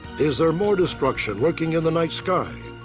is there more destruction lurking in the night sky?